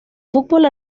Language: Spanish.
fútbol